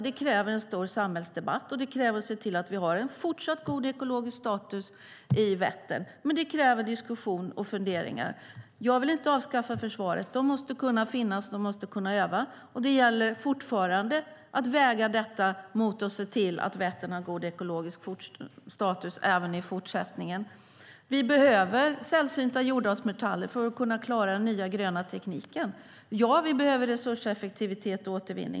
Det kräver en stor samhällsdebatt, och det kräver att vi ser till att vi har en fortsatt god ekologisk status i Vättern. Men det kräver diskussion och funderingar. Jag vill inte avskaffa försvaret. Försvaret måste kunna finnas och måste kunna öva. Det gäller fortfarande att väga detta mot att se till att Vättern har en god ekologisk status även i fortsättningen. Vi behöver sällsynta jordartsmetaller för att kunna klara den nya gröna tekniken. Det är riktigt att vi behöver resurseffektivitet och återvinning.